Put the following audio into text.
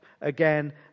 again